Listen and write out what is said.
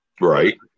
Right